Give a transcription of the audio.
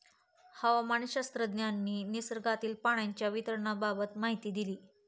हवामानशास्त्रज्ञांनी निसर्गातील पाण्याच्या वितरणाबाबत माहिती दिली